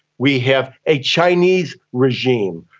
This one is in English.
we have a chinese regime,